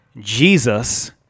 Jesus